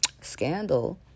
scandal